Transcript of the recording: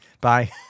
Bye